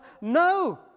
No